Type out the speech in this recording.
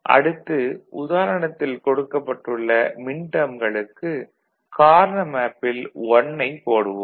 அடுத்து உதாரணத்தில் கொடுக்கப்பட்டுள்ள மின்டேர்ம்களுக்கு கார்னா மேப்பில் 1 ஐப் போடுவோம்